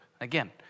again